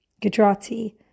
Gujarati